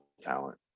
talent